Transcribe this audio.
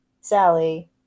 Sally